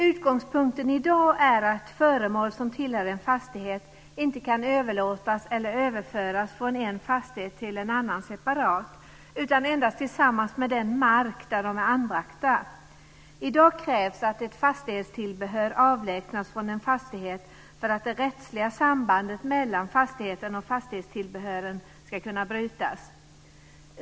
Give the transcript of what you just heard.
Utgångspunkten i dag är att föremål som tillhör en fastighet inte kan överlåtas eller överföras från en fastighet till en annan separat utan endast tillsammans med den mark där de är anbragta. I dag krävs att ett fastighetstillbehör avlägsnas från en fastighet för att det rättsliga sambandet mellan fastigheten och fastighetstillbehören ska kunna brytas.